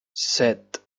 set